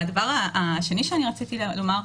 הדבר השני שרציתי לומר,